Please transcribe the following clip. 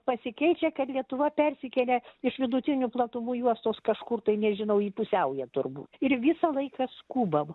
pasikeičia kad lietuva persikėlė iš vidutinių platumų juostos kažkur tai nežinau į pusiaują turbūt ir visą laiką skubam